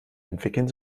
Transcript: entwickeln